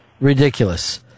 ridiculous